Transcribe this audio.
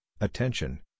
attention